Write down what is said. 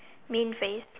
mean face